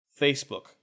Facebook